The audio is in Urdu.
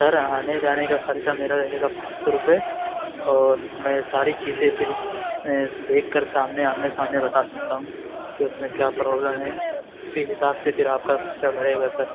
سر آنے جانے کا خرچہ میرا رہے گا پانچ سو روپئے اور میں ساری چیزیں پھر دیکھ کر سامنے آمنے سامنے بتا سکتا ہوں کہ اس میں کیا پروبلم ہے اسی حساب سے پھر آپ کا اکسٹرا بڑھے گا سر